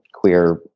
queer